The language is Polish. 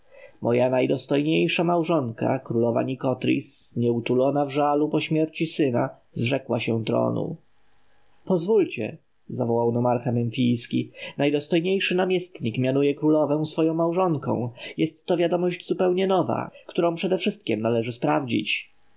moja najdostojniejsza małżonka królowa nikotris nieutulona w żalu po śmierci syna zrzekła się tronu pozwólcie zawołał nomarcha memfijski najdostojniejszy namiestnik mianuje królowę swoją małżonką jest to wiadomość zupełnie nowa którą przedewszystkiem należy sprawdzić